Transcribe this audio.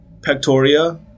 Pectoria